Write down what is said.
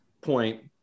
point